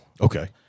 Okay